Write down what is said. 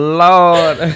lord